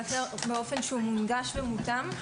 לאתר באופן שהוא מונגש ומותאם.